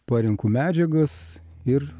parenku medžiagas ir